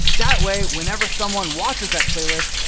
that way, whenever someone watches that playlist,